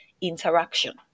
interaction